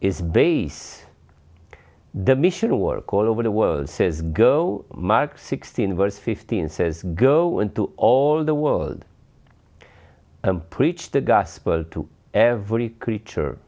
is base the mission work all over the world says go mark sixteen verse fifteen says go into all the world preach the gospel to every creature